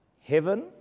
heaven